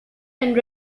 and